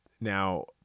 Now